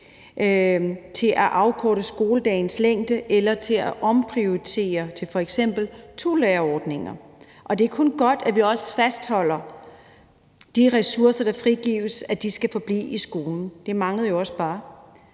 til at afkorte skoledagens længde eller til at omprioritere til f.eks. tolærerordninger. Det er kun godt, at de ressourcer, der frigives, skal forblive i skolen. Det manglede jo også bare.